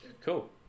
Cool